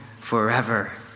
forever